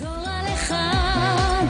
אדוני ראש העיר,